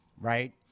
right